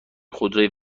خودروی